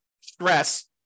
stress